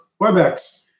WebEx